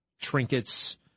trinkets